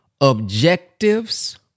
objectives